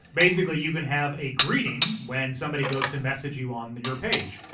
basically, you can have a greeting when somebody goes to message you on your page.